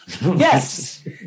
Yes